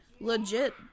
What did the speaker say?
legit